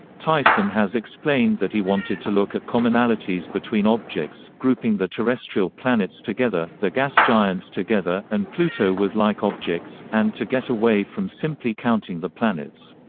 tyson has explained that he wanted to look at commonalities between objects, grouping the terrestrial planets together, the gas giants together, and pluto with like objects, and to get away from simply counting the planets.